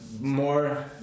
more